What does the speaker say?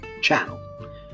channel